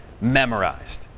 Memorized